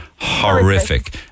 horrific